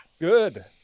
Good